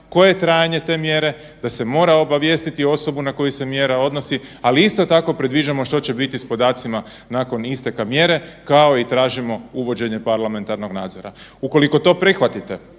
koje je trajanje te mjere da se mora obavijestiti osobu na koju se mjera odnosi, ali isto tako predviđamo što će biti s podacima nakon isteka mjera kao i tražimo uvođenje parlamentarnog nadzora. Ukoliko to prihvatite,